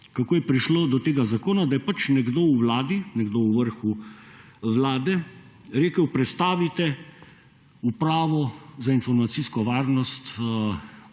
kako je prišlo do tega zakona, da je nekdo v Vladi, nekdo v vrhu Vlade rekel: »Prestavite upravo za informacijsko varnosti